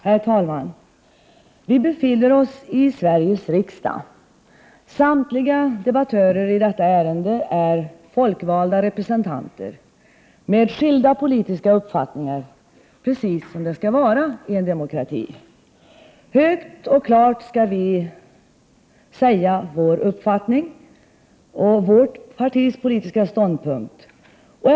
Herr talman! Vi befinner oss i Sveriges riksdag. Samtliga debattörer i detta ärende är folkvalda representanter med skilda politiska uppfattningar, precis som det skall vara i en demokrati. Högt och klart skall vi uttala vår uppfattning och vårt partis politiska ståndpunkt.